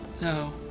No